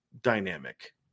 dynamic